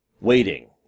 waiting